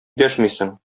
дәшмисең